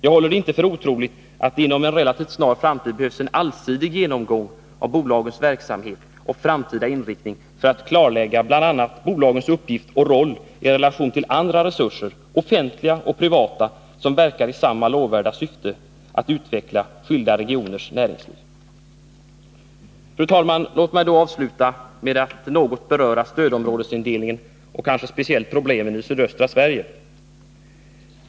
Jag håller det inte för otroligt att det inom en relativt snar framtid behövs en allsidig genomgång av bolagens verksamhet och framtida inriktning för att klarlägga bl.a. bolagens uppgift och roll i relation till andra resurser — offentliga och privata — som verkar i samma lovvärda syfte, nämligen att utveckla skilda regioners näringsliv. Herr talman! Låt mig avsluta med att något beröra stödområdesindelningen och kanske speciellt problemen i sydöstra Sverige.